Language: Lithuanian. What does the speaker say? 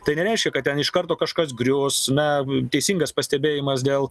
tai nereiškia kad ten iš karto kažkas grius na teisingas pastebėjimas dėl